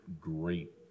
great